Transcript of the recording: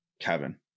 Kevin